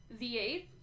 V8